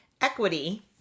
Equity